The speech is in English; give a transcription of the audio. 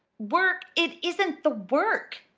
work! it isn't the work,